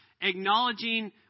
acknowledging